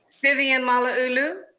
vivian malauulu.